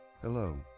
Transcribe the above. Hello